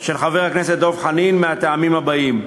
של חבר הכנסת דב חנין מהטעמים הבאים: